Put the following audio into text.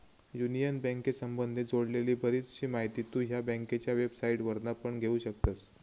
union बँकेसंबधी जोडलेली बरीचशी माहिती तु ह्या बँकेच्या वेबसाईटवरना पण घेउ शकतस